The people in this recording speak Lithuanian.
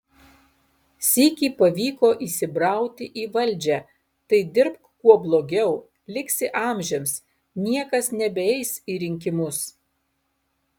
sykį pavyko įsibrauti į valdžią tai dirbk kuo blogiau liksi amžiams niekas nebeis į rinkimus